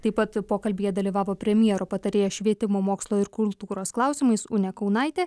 taip pat pokalbyje dalyvavo premjero patarėja švietimo mokslo ir kultūros klausimais unė kaunaitė